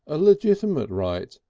a legitimate right,